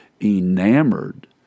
Enamored